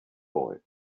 boy